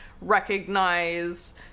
recognize